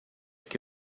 que